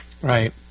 Right